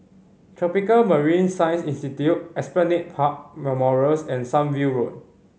Tropical Marine Science Institute Esplanade Park Memorials and Sunview Road